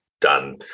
done